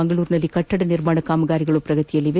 ಮಂಗಳೂರಿನಲ್ಲಿ ಕಟ್ಟಡ ನಿರ್ಮಾಣ ಕಾಮಗಾರಿಗಳು ಶ್ರಗತಿಯಲ್ಲಿವೆ